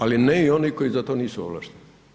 Ali ne i oni koji za to nisu ovlašteni.